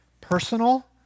personal